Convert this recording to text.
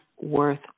worth